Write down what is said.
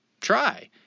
try